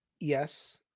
Yes